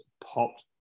popped